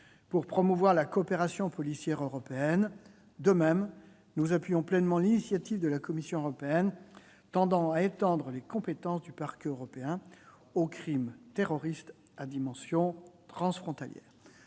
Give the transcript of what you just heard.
pour promouvoir la coopération policière européenne. De même, nous appuyons pleinement l'initiative de la Commission européenne tendant à étendre les compétences du parquet européen aux crimes terroristes à dimension transfrontalière.